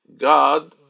God